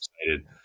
excited